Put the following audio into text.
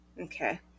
Okay